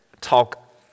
talk